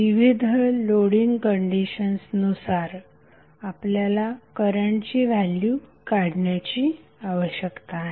विविध loading conditions नुसार आपल्याला करंटची व्हॅल्यू काढण्याची आवश्यकता आहे